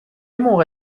موقع